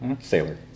Sailor